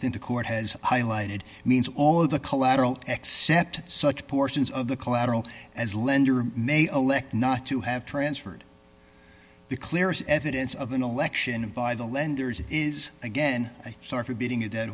think the court has highlighted means all of the collateral accept such portions of the collateral as lender may elect not to have transferred the clearest evidence of an election by the lenders is again a sort of beating a dead